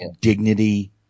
dignity